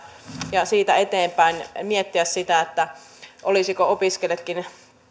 ja siitä eteenpäin miettiä sitä olisivatko opiskelijatkin